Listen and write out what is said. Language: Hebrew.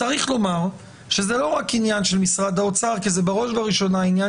צריך לומר שזה לא רק עניין של משרד האוצר כי זה בראש ובראשונה עניין